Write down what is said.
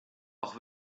auch